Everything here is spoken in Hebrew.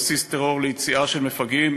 בסיס טרור ליציאה של מפגעים,